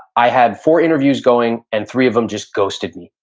i had four interviews going and three of them just ghosted me.